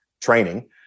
training